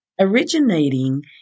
Originating